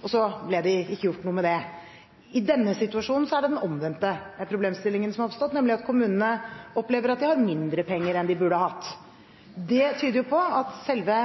og så ble det ikke gjort noe med det. I denne situasjonen er det den omvendte problemstillingen som har oppstått, nemlig at kommunene opplever at de har mindre penger enn de burde ha hatt. Det tyder på at selve